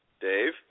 Dave